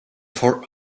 for